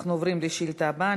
אנחנו עוברים לשאילתה הבאה.